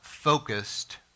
focused